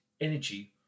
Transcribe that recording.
energy